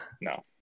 No